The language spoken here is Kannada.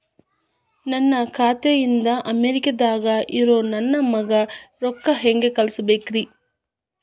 ನನ್ನ ಖಾತೆ ಇಂದ ಅಮೇರಿಕಾದಾಗ್ ಇರೋ ನನ್ನ ಮಗಗ ರೊಕ್ಕ ಹೆಂಗ್ ಕಳಸಬೇಕ್ರಿ?